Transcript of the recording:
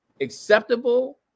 acceptable